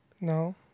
No